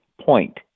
point